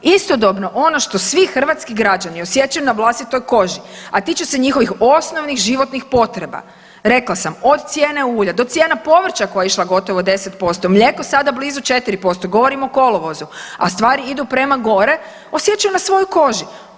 Istodobno ono što svi hrvatski građani osjećaju na vlastitoj koži, a time se njihovih osnovnih životnih potreba, rekla sam, od cijene ulja do cijena povrća koja je išla gotovo 10%, mlijeko sada blizu 4%, govorim o kolovozu, a stvari idu prema gore, osjećaju na svojoj koži.